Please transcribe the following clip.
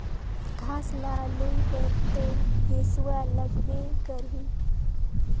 घास ल लूए बर तो हेसुआ लगबे करही